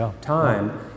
time